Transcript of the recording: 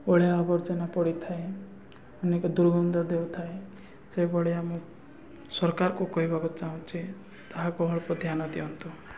ଅଳିଆ ଆବର୍ଜନା ପଡ଼ିଥାଏ ଅନେକ ଦୁର୍ଗନ୍ଧ ଦେଉଥାଏ ସେଭଳିଆ ଆମେ ସରକାରକୁ କହିବାକୁ ଚାହୁଁଛେ ତାହାକୁ ଅଳ୍ପ ଧ୍ୟାନ ଦିଅନ୍ତୁ